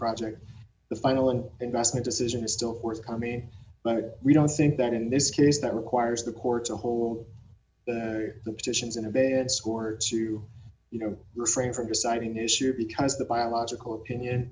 project the final investment decision is still forthcoming but we don't think that in this case that requires the court to hold the petitions in a bad score to you know refrain from deciding issue because the biological opinion